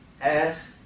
Ask